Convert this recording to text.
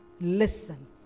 Listen